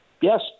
Yes